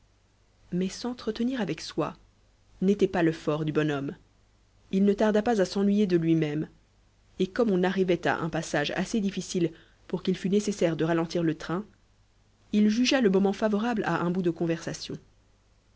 mais s'entretenir avec soi n'était pas le fort du bonhomme il ne tarda pas à s'ennuyer de lui-même et comme on arrivait à un passage assez difficile pour qu'il fût nécessaire de ralentir le train il jugea le moment favorable à un bout de conversation